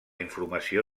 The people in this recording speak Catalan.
informació